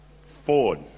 Ford